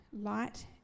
light